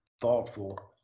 thoughtful